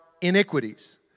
iniquities